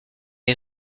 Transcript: est